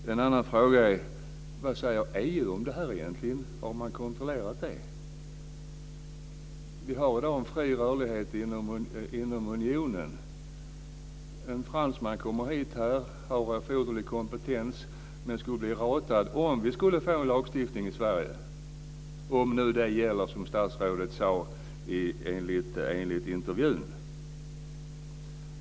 En annan fråga är vad EU säger om detta. Har man kontrollerat det? Vi har i dag en fri rörlighet inom unionen. Om en fransman med erforderlig kompetens kommer hit skulle han bli ratad om vi skulle få en sådan här lagstiftning i Sverige, om nu det gäller som statsrådet sade i intervjun.